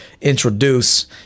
introduce